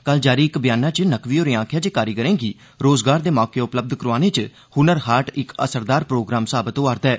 कल जारी इक ब्याना च नकवी होरें आखेआ जे कारीगरें गी रोजगार दे मौके उपलब्ध करोआने च हनर हाट इक असरदार प्रोग्राम साबत होआ'रदा ऐ